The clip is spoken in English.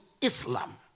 Islam